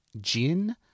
Gin